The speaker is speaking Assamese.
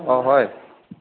অঁ হয়